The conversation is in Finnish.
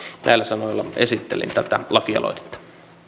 näillä sanoilla esittelin tätä lakialoitetta